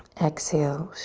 exhale.